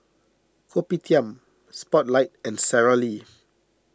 Kopitiam Spotlight and Sara Lee